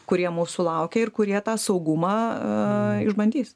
kurie mūsų laukia ir kurie tą saugumą išbandys